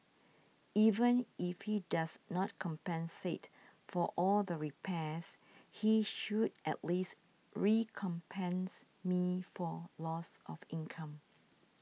even if he does not compensate for all the repairs he should at least recompense me for loss of income